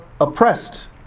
oppressed